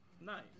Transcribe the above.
Nice